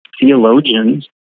theologians